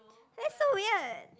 that's so weird